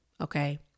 okay